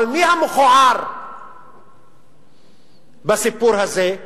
אבל מי המכוער בסיפור הזה?